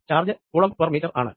charge coulomb per metre ആണ്